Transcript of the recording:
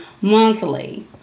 monthly